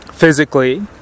physically